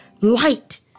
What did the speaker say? light